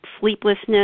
sleeplessness